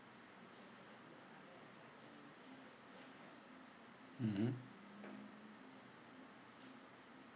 mmhmm